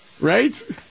Right